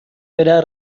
verá